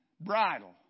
bridle